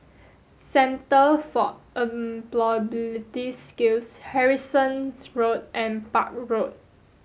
centre for Employability Skills Harrison Road and Park Road